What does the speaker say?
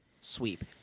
sweep